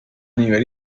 nivel